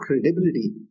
credibility